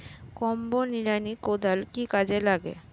Combo নিড়ানি কোদাল কি কাজে লাগে?